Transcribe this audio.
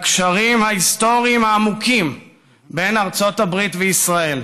לקשרים ההיסטוריים העמוקים בין ארצות הברית לישראל,